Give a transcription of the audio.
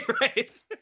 right